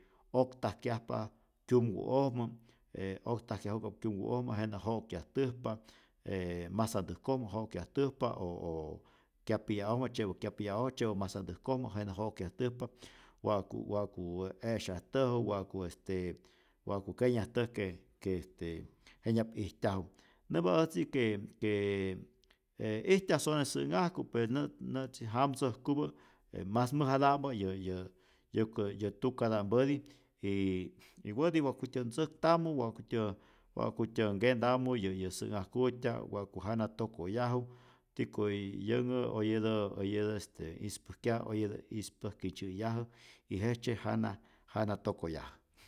Oktajkyajpa kyumku'ojmä, e oktajkyaju'kap kyumku'ojmä jenä' jo'kyajtäjpa, e masantäjkojmä jo'kyajtäjpa o o kyapiya'ojmä tzye'pä kyapiya'ojmä, tzye'pä masantäjkojmä jenä' jo'kyajtäjpa wa'ku wa'ku e'syajtäju, wa'ku este wa'ku kenyajtäj que que este jenyap ijtyaju, nämpa äjtzi que que je ijtyaj sone sä'nhajku pe nätz nä'tzi jamtzäjkupä mas mäjata'mpä yä yä yäkä yä tukata'mpäti, y wati wa'kutyä ntzäktamu, wa'kutyä wa'kutyä nkentamu yä yä sä'nhajkutya'p, wa'ku jana tokoyaju tiko yänhä oyetä oyetä este ispäjkyaj oyetä ispäjkitzyäyajä y jejtzye jana jana tokoyajä.